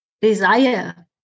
desire